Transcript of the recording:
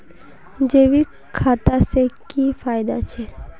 जैविक खाद से की की फायदा छे?